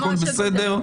הכול בסדר.